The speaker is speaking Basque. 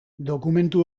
dokumentu